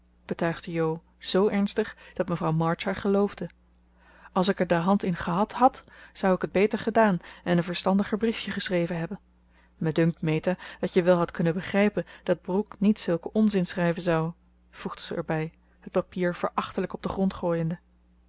betuigde jo z ernstig dat mevrouw march haar geloofde als ik er de hand in gehad had zou ik het beter gedaan en een verstandiger briefje geschreven hebben me dunkt meta dat je wel had kunnen begrijpen dat brooke niet zulken onzin schrijven zou voegde ze er bij het papier verachtelijk op den grond gooiende